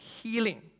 healing